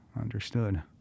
understood